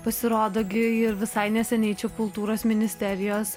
pasirodo gi ir visai neseniai čia kultūros ministerijos